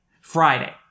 Friday